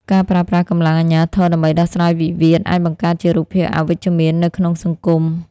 ការប្រើប្រាស់កម្លាំងអាជ្ញាធរដើម្បីដោះស្រាយវិវាទ អាចបង្កើតជារូបភាពអវិជ្ជមាននៅក្នុងសង្គម។